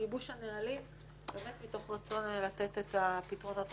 בגיבוש הנהלים באמת מתוך רצון לתת את הפתרונות המיטביים,